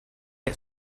get